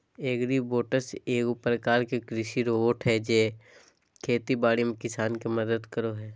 agribots एगो प्रकार के कृषि रोबोट हय जे खेती बाड़ी में किसान के मदद करो हय